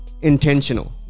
intentional